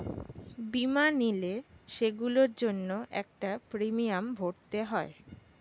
বীমা নিলে, সেগুলোর জন্য একটা প্রিমিয়াম ভরতে হয়